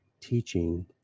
teaching